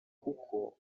kuko